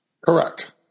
Correct